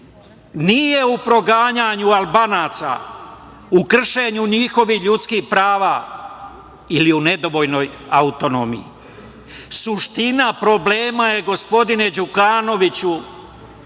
nije u proganjanju Albanaca, u kršenju njihovih ljudskih prava ili u nedovoljnoj autonomiji. Suština problema je, gospodine Đukanoviću,